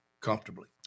comfortably